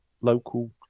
local